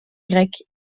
grec